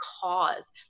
cause